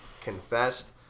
confessed